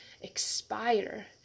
expire